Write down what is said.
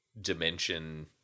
dimension